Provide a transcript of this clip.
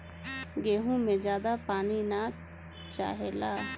गेंहू में ज्यादा पानी ना चाहेला